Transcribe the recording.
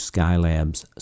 Skylab's